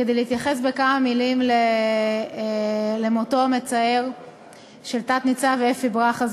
כדי להתייחס בכמה מילים למותו המצער של תת-ניצב אפי ברכה,